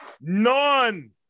none